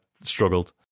struggled